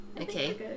Okay